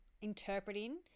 interpreting